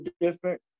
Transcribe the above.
different